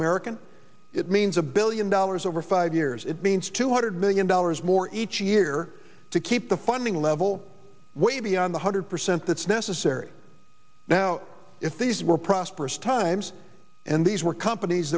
american it means a billion dollars over five years it means two hundred million dollars more each year to keep the funding level way beyond the hundred percent that's necessary now if these were prosperous times and these were companies